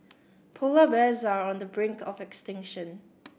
polar bears are on the brink of extinction